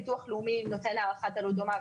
הביטוח הלאומי נוטה להערכת עלות דומה,